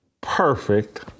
Perfect